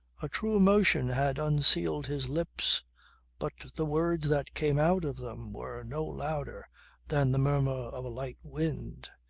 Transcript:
a true emotion had unsealed his lips but the words that came out of them were no louder than the murmur of a light wind.